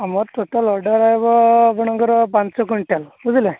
ଆମର total order ହେବ ଆପଣଙ୍କର ପାଞ୍ଚ କ୍ୱିଣ୍ଟାଲ୍ ବୁଝିଲେ